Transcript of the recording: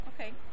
Okay